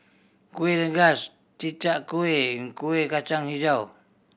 Kuih Rengas Chi Kak Kuih and Kuih Kacang Hijau